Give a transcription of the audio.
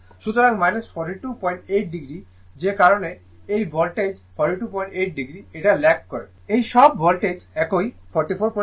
সুতরাং 428o যে কারণে এই ভোল্টেজ 428o এটা ল্যাগ করে আছে এই সব ভোল্টেজ একই 447o